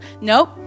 Nope